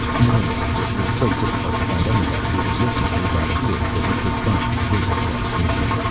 moreover, it was so difficult to find anybody who would listen to his ideas that he could not resist the temptation.